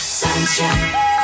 sunshine